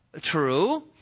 true